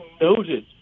noted